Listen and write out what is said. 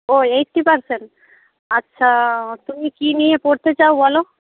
ও eighty percent আচ্ছা তুমি কী নিয়ে পড়তে চাও বলো